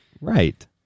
Right